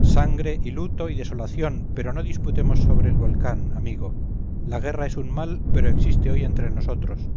sangre y luto y desolación pero no disputemos sobre el volcán amigo la guerra es un mal pero existe hoy entre nosotros